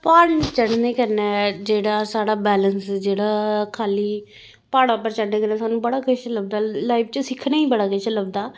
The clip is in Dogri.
प्हाड़ी चढ़ने कन्नै जेह्ड़ा साढ़ा बैलेंस जेह्ड़ा खा'ल्ली प्हाड़ा पर चढ़ने कन्नै सानूं बड़ा किश लभदा लाइफ च सिक्खने गी काफी किश लभदा